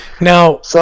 Now